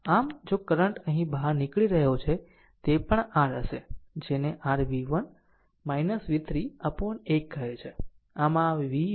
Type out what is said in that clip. આમ જો કરંટ અહીં બહાર નીકળી રહ્યો છે તે પણ r હશે જેને r v1 v3 upon 1કહે છે